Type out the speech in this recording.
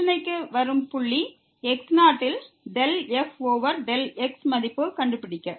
பிரச்சனைக்கு வரும் புள்ளி x0 யில் del f over del x மதிப்பு கண்டுபிடிக்க